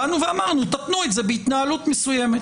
באנו ואמרנו, תתנו את זה בהתנהלות מסוימת.